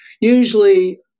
usually